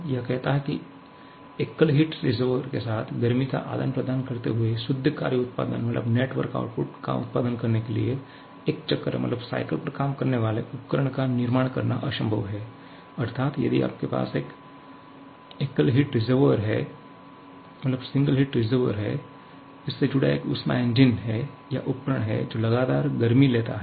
यह कहता है कि एकल हिट रिसर्वोयर के साथ गर्मी का आदान प्रदान करते हुए शुद्ध कार्य उत्पादन का उत्पादन करने के लिए एक चक्र पर काम करने वाले उपकरण का निर्माण करना असंभव है अर्थात यदि आपके पास एक एकल हिट रिसर्वोयर से जुड़ा एक ऊष्मा इंजन या एक उपकरण है जो लगातार गर्मी लेता है